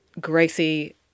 Gracie